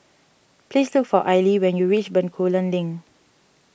please look for Aili when you reach Bencoolen Link